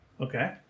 Okay